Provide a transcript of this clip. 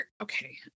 Okay